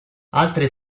altre